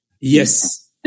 Yes